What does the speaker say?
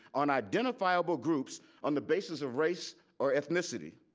on identifiable groups on the basis of race or ethnicity?